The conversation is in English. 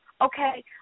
okay